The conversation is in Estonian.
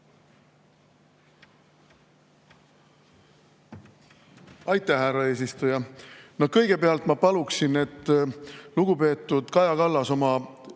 Aitäh, härra eesistuja! Kõigepealt ma paluksin, et lugupeetud Kaja Kallas